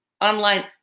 online